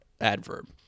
adverb